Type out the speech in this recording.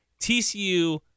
TCU